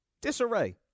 Disarray